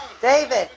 David